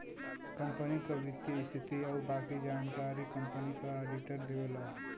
company क वित्तीय स्थिति आउर बाकी जानकारी कंपनी क आडिटर देवला